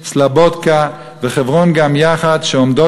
'סלובודקה' ו'חברון' גם יחד עומדות